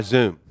Zoom